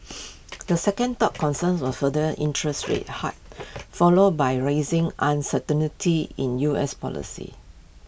the second top concerns were further interest rate hikes followed by rising in U S policy